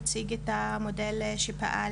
אציג את המודל שפעל